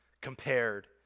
compared